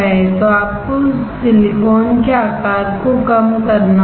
तो आपको सिलिकॉन के आकार को कम करना होगा